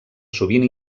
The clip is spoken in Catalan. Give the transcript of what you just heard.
sovint